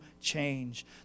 change